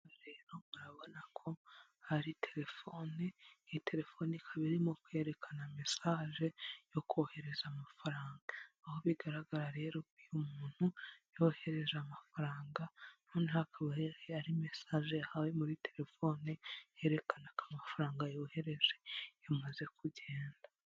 Rero murabona ko hari telefone, iyi telefone ikaba irimo kweyerekana mesaje yo kohereza amafaranga, aho bigaragara rero iyo umuntu yohereje amafaranga, noneho akaba ari mesaje yahawe muri telefone, yerekana ko amafaranga yohereje, yamaze kugenda.